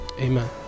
Amen